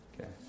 Okay